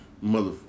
Mother